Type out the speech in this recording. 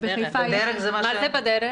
בחיפה --- מה זה בדרך?